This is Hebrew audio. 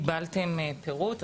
קיבלתם פירוט.